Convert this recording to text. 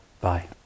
Bye